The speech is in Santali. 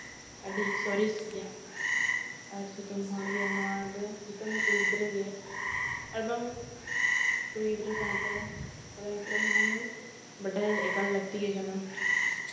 ᱟᱹᱰᱤ ᱥᱚᱨᱮᱥ ᱜᱮᱭᱟ ᱟᱨ ᱡᱚᱛᱚᱢ ᱦᱚᱲᱜᱮ ᱱᱚᱣᱟ ᱫᱚ ᱡᱚᱛᱚᱢ ᱠᱩᱲᱤ ᱜᱤᱫᱽᱨᱟᱹ ᱜᱮ ᱮᱵᱚᱝ ᱠᱩᱲᱤ ᱜᱤᱫᱽᱨᱟᱹ ᱥᱟᱶᱛᱮ ᱠᱚᱲᱟ ᱜᱤᱫᱽᱨᱟᱹ ᱦᱚᱸ ᱵᱟᱰᱟᱭ ᱮᱠᱟᱞ ᱞᱟᱹᱠᱛᱤ ᱜᱮ ᱠᱟᱱᱟ